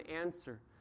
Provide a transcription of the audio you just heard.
answer